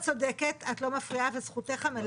את צודקת, את לא מפריעה, וזכותך המלאה.